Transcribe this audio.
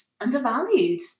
undervalued